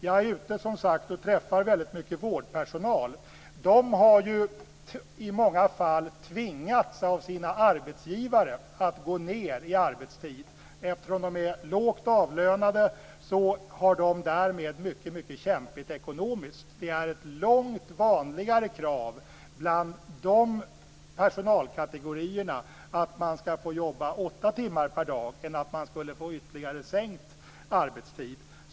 Jag är, som sagt, ute mycket och träffar mycket vårdpersonal. I många fall har man av sina arbetsgivare tvingats att gå ned i arbetstid. Eftersom man är lågt avlönad har man det mycket kämpigt ekonomiskt. Det är ett långt vanligare krav bland de personalkategorierna att man skall få jobba åtta timmar per dag än få ytterligare sänkt arbetstid.